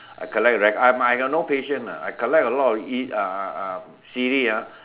I collect like I I got no patient lah I collect a lot of E uh uh uh C_D ah